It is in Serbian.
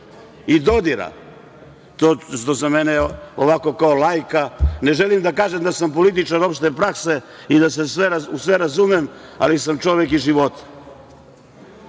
i dodira, to za mene ovako kao laika, ne želim da kažem da sam političar opšte prakse i da se u sve razumem, ali sam čovek iz života,